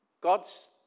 God's